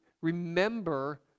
remember